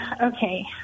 okay